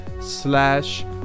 slash